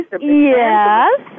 Yes